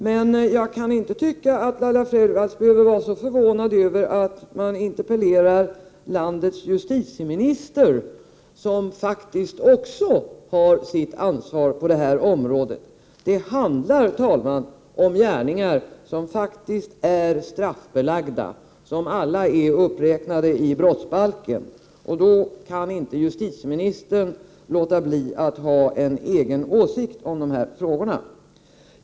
Men jag tycker inte att Laila Freivalds behöver vara så förvånad över att man interpellerar landets justitieminister som faktiskt också har ansvar för det här området. Det handlar, herr talman, om gärningar som är straffbelagda och som alla är uppräknade i brottsbalken. Då kan inte justitieministern låta bli att ha en egen åsikt om de här frågorna.